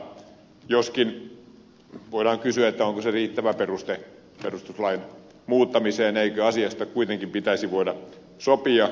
joskin voidaan kysyä onko se riittävä peruste perustuslain muuttamiseen eikö asiasta kuitenkin pitäisi voida sopia